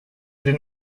den